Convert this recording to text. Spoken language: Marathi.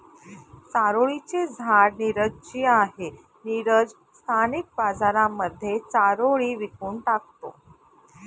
चारोळी चे झाड नीरज ची आहे, नीरज स्थानिक बाजारांमध्ये चारोळी विकून टाकतो